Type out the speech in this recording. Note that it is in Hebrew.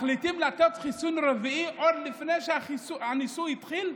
מחליטים לתת חיסון רביעי עוד לפני שהניסוי התחיל?